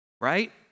Right